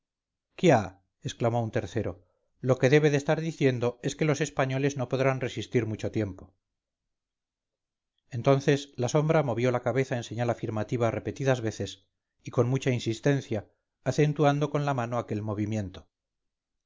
quia exclamó un tercero lo que debe de estar diciendo es que los españoles no podrán resistir mucho tiempo entonces la sombra movió la cabeza en señal afirmativa repetidas veces y con mucha insistencia acentuando con la mano aquel movimiento